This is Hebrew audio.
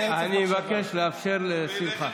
אני מבקש לאפשר לשמחה,